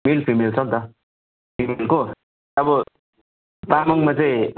मेल female छ नि त फिमेलको अब तामाङमा चाहिँ